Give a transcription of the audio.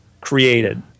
created